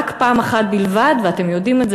רק פעם אחת בלבד בהיסטוריה,